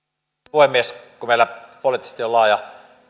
puhemies kun meillä poliittisesti on laaja